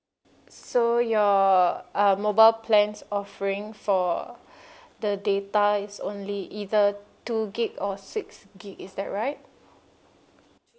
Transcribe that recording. so your uh mobile plans offering for the data is only either two gig or six gig is that right